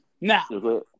Now